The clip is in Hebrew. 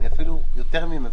אני אפילו יותר ממבקש.